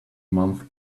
months